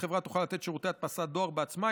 החברה תוכל לתת שירותי הדפסת דואר בעצמה,